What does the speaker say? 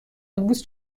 امروز